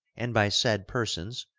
and by said persons,